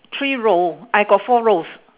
three row I got four rows